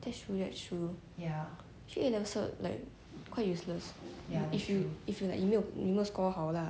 that's true that's true ya actually A level cert like quite useless if you if you like 你没有 score 好啦